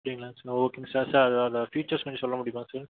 அப்படிங்களா சார் ஓகேங்க sir sir அது அதில் ஃபீச்சர்ஸ் கொஞ்ச சொல்ல முடியுமா சார்